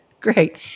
Great